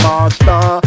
Master